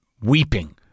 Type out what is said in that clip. weeping